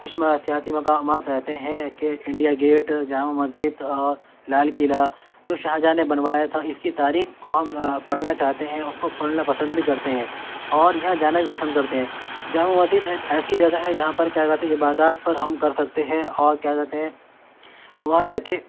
کچھ سیاسی مقامات ایسے ہیں کہ انڈیا گیٹ جامع مسجد لال قلعہ جو شاہجہاں نے بنوایا تھا اس کی تاریخ کو ہم پڑھنا چاہتے ہیں اس کو پڑھنا پسند بھی کرتے ہیں اور یہاں جانا بھی پسند کرتے ہیں جامع مسجد ایت ایسی جگہ ہے جہاں پر کیا کہتے ہیں عبادات پر ہم کر سکتے ہیں اور کیا کہتے ہیں ہم وہاں جا کے